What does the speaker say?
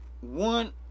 one